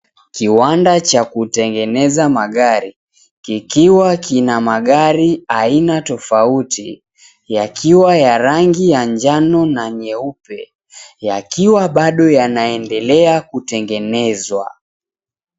Kiwanda cha kutengeneza magari, kikiwa kina magari aina tofauti yakiwa ya rangi ya njano na nyeupe, yakiwa bado yanaendelea kutengenezwa.